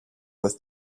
with